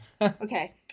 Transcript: Okay